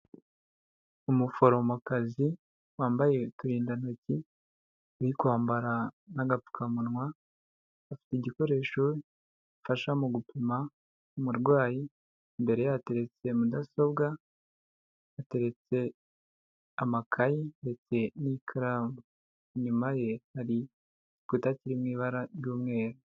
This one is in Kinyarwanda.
Umuforomokazi wambaye uturindantoki uri kwambara n'agapfukamunwa, afite igikoresho gifasha mu gupima umurwayi, imbere ye hateretse mudasobwa, hateretse amakayi ndetse n'ikaramu, inyuma ye hari igikuta kiri mu ibara ry'umweru.